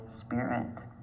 spirit